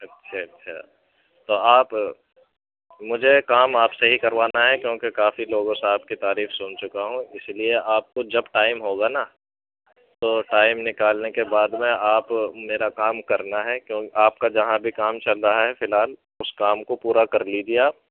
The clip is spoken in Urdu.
اچھا اچھا تو آپ مجھے کام آپ سے ہی کروانا ہے کیونکہ کافی لوگوں سے آپ کی تعریف سُن چُکا ہوں اِس لیے آپ کو جب ٹائم ہوگا نا تو ٹائم نکالنے کے بعد میں آپ میرا کام کرنا ہے کیوں آپ کا جہاں بھی کام چل رہا ہے فی الحال اُس کام کو پورا کر لیجیے آپ